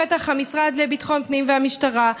לפתח המשרד לביטחון הפנים והמשטרה,